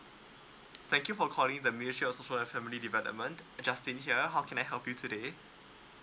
thank you for calling the ministry of social and family development justin here how can I help you today